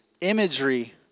imagery